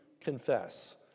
confess